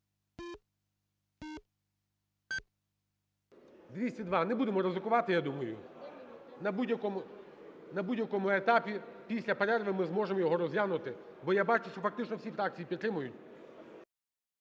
За-204 Не будемо ризикувати, я думаю. На будь-якому етапі після перерви ми зможемо його розглянути, бо я бачу, що фактично всі фракції підтримують.